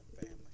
family